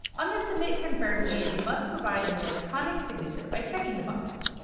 on the submit confirm page, you must provide an electronic signature by checking the box.